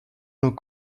nos